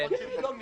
והדוחות של יוני